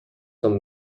some